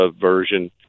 version